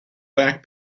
back